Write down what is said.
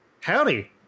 Howdy